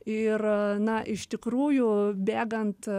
ir na iš tikrųjų bėgant